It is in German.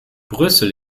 brüssel